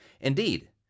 Indeed